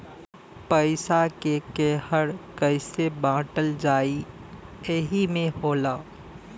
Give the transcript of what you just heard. पइसा के केहर कइसे बाँटल जाइ एही मे होला